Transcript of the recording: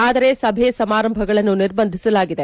ಆದರೆ ಸಭೆ ಸಮಾರಂಭಗಳನ್ನು ನಿರ್ಬಂಧಿಸಲಾಗಿದೆ